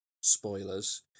spoilers